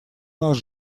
нас